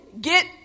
get